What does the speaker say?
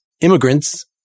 Immigrants